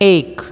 एक